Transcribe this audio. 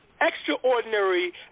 extraordinary